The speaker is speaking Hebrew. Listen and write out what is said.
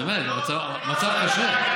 באמת, מצב קשה.